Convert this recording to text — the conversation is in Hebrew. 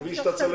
הוא לא מחובר.